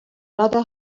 rather